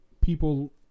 people